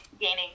gaining